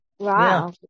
Wow